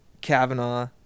Kavanaugh